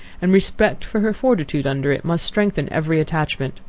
and respect for her fortitude under it, must strengthen every attachment.